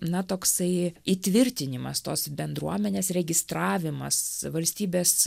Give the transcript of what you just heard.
na toksai įtvirtinimas tos bendruomenės registravimas valstybės